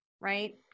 Right